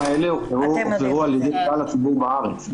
האלה הוחזרו על ידי כלל הציבור בארץ.